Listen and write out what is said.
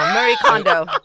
marie kondo